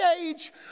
age